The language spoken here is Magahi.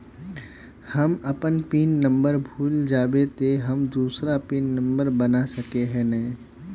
हम अपन पिन नंबर भूल जयबे ते हम दूसरा पिन नंबर बना सके है नय?